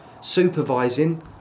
supervising